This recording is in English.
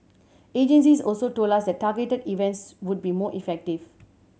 agencies also told us that targeted events would be more effective